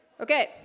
Okay